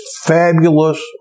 fabulous